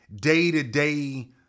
day-to-day